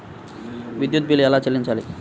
విద్యుత్ బిల్ ఎలా చెల్లించాలి?